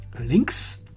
links